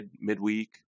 midweek